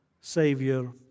Savior